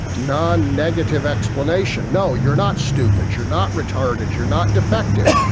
non-negative explanation. no, you're not stupid, you're not retarded, you're not defective,